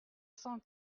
cent